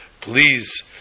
please